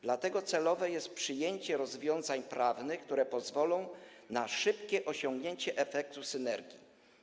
Dlatego celowe jest przyjęcie rozwiązań prawnych, które pozwolą na szybkie osiągnięcie efektu synergii.